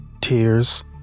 Tears